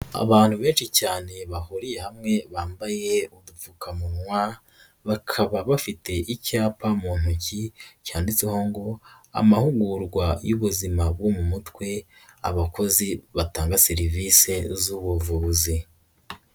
Abantu benshi cyane bahuriye hamwe bambaye udupfukamunwa bakaba bafite icyapa mu ntoki cyanditseho ngo amahugurwa y'ubuzima bwo mu mutwe, abakozi batanga serivise z'ubuvuzi.